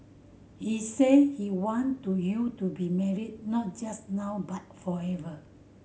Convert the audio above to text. he said he want to you to be married not just now but forever